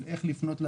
של איך לפנות לאזרח,